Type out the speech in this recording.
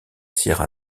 sierra